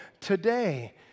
today